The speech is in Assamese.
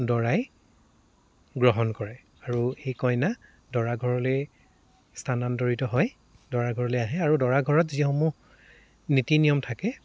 দৰাই গ্ৰহণ কৰে আৰু সেই কইনা দৰা ঘৰলে স্থানান্তৰিত হয় দৰা ঘৰলে আহে আৰু দৰা ঘৰত যিসমূহ নীতি নিয়ম থাকে